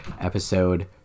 episode